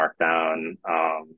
Markdown